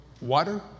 water